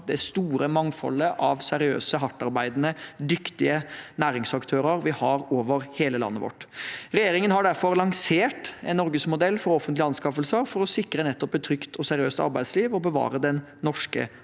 det store mangfoldet av seriøse, hardtarbeidende og dyktige næringsaktører vi har over hele landet vårt. Regjeringen har derfor lansert en norgesmodell for offentlige anskaffelser, for å sikre nettopp et trygt og seriøst arbeidsliv og bevare den norske